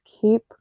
keep